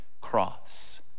cross